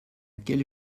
quelle